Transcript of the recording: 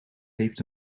heeft